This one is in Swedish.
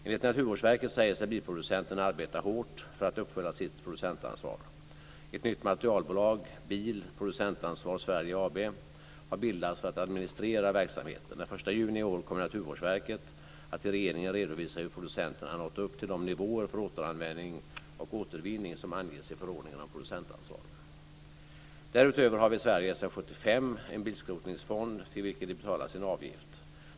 Enligt Naturvårdsverket säger sig bilproducenterna arbeta hårt för att uppfylla sitt producentansvar. AB - har bildats för att administrera verksamheten. Den 1 juni i år kommer Naturvårdsverket att till regeringen redovisa hur producenterna har nått upp till de nivåer för återanvändning och återvinning som anges i förordningen om producentansvar. Därutöver har vi i Sverige sedan 1975 en bilskrotningsfond till vilken det betalas en avgift.